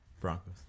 Broncos